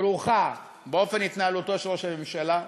כרוכה באופן התנהלותו של ראש הממשלה.